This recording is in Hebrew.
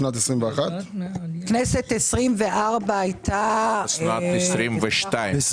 כנסת 24 זה לא היה בשנת 2021?